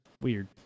weird